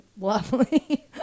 lovely